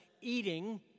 eating